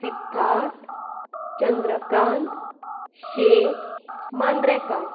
Siddharth Chandrakant Shet Mandrekar